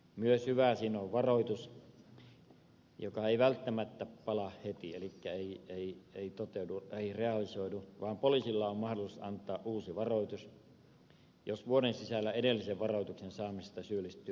myös hyvää siinä on varoitus joka ei välttämättä pala heti elikkä ei realisoidu vaan poliisilla on mahdollisuus antaa uusi varoitus jos vuoden sisällä edellisen varoituksen saannista syyllistyy vähäiseen rikkomukseen